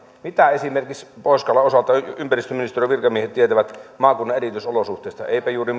mitä esimerkiksi pohjois karjalan osalta ympäristöministeriön virkamiehet tietävät maakunnan erityisolosuhteista eivätpä juuri